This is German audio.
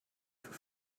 für